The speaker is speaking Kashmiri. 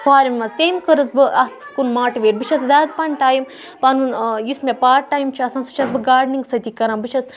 فارَمہِ مَنٛز تٔمۍ کٔرٕس بہٕ اَتھ کُن موٹِویٹ بہٕ چھَس زیادٕ پَہَن ٹایم پَنُن یُس مےٚ پاٹ ٹایم چھُ آسان سُہ چھَس بہٕ گاڈنِنٛگ سۭتی کَران بہٕ چھَس